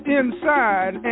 inside